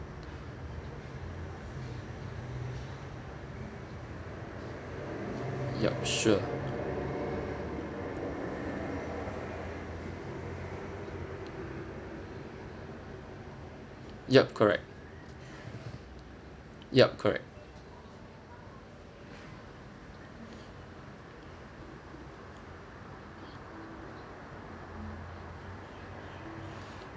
yup sure yup correct yup correct